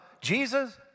Jesus